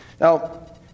Now